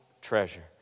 treasure